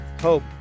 hope